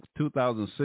2006